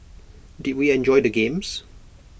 did we enjoy the games